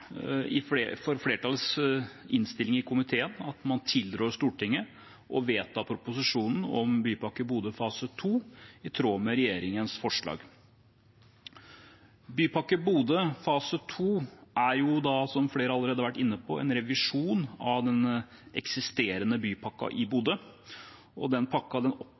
for flertallets innstilling i komiteen: at man tilrår Stortinget å vedta proposisjonen om Bypakke Bodø fase 2, i tråd med regjeringens forslag. Bypakke Bodø fase 2 er, som flere allerede har vært inne på, en revisjon av den eksisterende bypakken i Bodø, og den pakken omfatter nye prosjekter og tiltak, men den